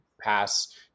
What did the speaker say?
pass